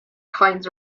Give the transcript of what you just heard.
kinds